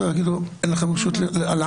יגידו: אין לכם רשות לענוש.